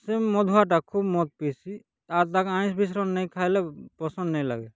ସେ ମଦୁଆଟା ଖୁବ୍ ମଦ୍ ପିଇସି ଆର୍ ତାଙ୍କ୍ ଆଇଁଷ୍ ଫାଇଁଷ ନାଇ ଖାଇଲେ ପସନ୍ଦ ନାଇ ଲାଗେ